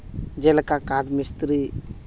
ᱡᱮᱞᱮᱠᱟ ᱠᱟᱴ ᱢᱤᱥᱛᱨᱤ